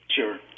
Sure